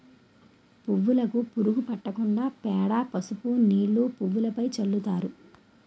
పువ్వులుకు పురుగు పట్టకుండా పేడ, పసుపు నీళ్లు పువ్వులుపైన చల్లుతారు